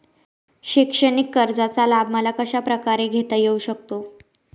शैक्षणिक कर्जाचा लाभ मला कशाप्रकारे घेता येऊ शकतो?